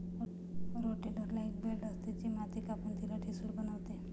रोटेटरला एक ब्लेड असते, जे माती कापून तिला ठिसूळ बनवते